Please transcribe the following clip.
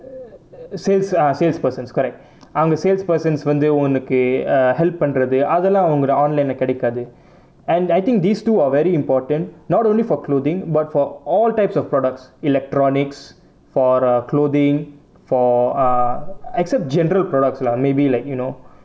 sales ah salespersons correct அவங்க:avanga salespersons வந்து உனக்கு:vanthu unakku err help பண்றது அதெல்லாம் உனக்கு:pandrathu athellaam unakku online leh கிடைக்காது:kidaikkaathu and I think these two are very important not only for clothing but for all types of products electronics for uh clothing for ah except general products lah maybe like you know